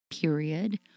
period